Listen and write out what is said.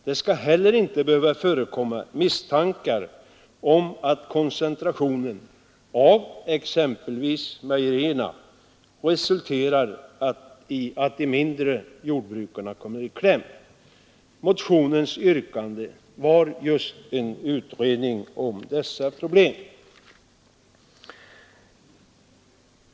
Det skall heller inte behöva förekomma misstankar om att koncentrationen av exempelvis mejerivarorna resulterar i att de mindre jordbrukarna kommer i kläm. Motionens yrkande var en utredning just om dessa problem.